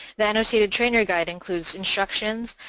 the annotated trainer guide includes instructions,